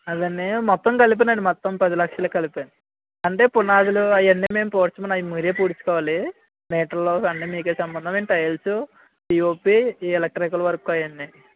అదండి మొత్తం కలిపేనండి మొత్తం పదిలక్షలు కలిపే అండి అంటే పునాదులు అవన్నీ మేము పూడ్చము అండి అవి మీరే పూడ్చుకోవాలి మీటర్లు అన్నీ మీకే సంబంధం మేము టైల్స్ పీఓపీ ఎలెక్ట్రికల్ వర్క్ అవన్నీ